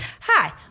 Hi